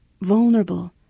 vulnerable